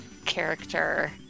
Character